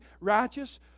righteous